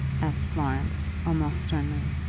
asked florence, almost sternly.